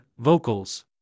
vocals